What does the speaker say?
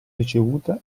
ricevuta